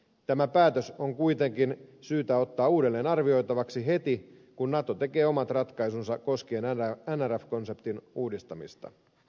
tämä päätös on kuitenkin syytä ottaa uudelleen arvioitavaksi heti kun nato tekee omat ratkaisunsa koskien nrf konseptin uudistamista